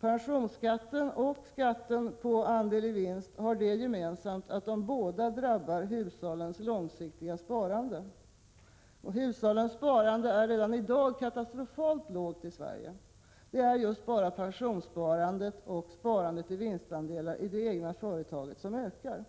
Pensionsskatten och skatten på andel-i-vinst har det gemensamt att de båda drabbar hushållens långsiktiga sparande. Hushållens sparande är redan i dag katastrofalt lågt i Sverige. Det är just bara pensionssparandet och sparandet i vinstandelar i det egna företaget som ökar.